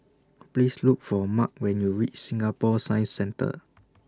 Please Look For Mark when YOU REACH Singapore Science Centre